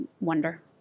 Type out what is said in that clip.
wonder